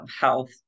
health